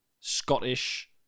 Scottish